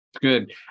Good